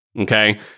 okay